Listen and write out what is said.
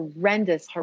horrendous